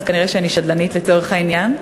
אז כנראה שאני שדלנית לצורך העניין.